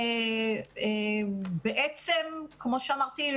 כמו שאמרתי,